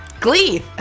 Glee